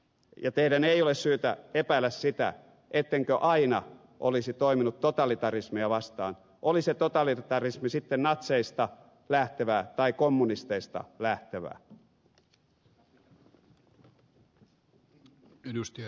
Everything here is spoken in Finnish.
eikä teidän ole syytä epäillä sitä ettenkö aina olisi toiminut totalitarismia vastaan oli se totalitarismi sitten natseista lähtevää tai kommunisteista lähtevää